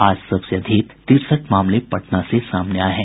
आज सबसे अधिक तिरसठ मामले पटना से सामने आये हैं